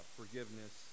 forgiveness